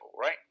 right